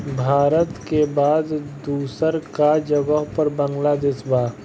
भारत के बाद दूसरका जगह पर बांग्लादेश बा